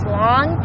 long